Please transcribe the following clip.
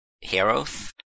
heroes